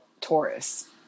Taurus